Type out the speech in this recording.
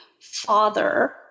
father